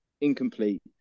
incomplete